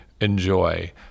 enjoy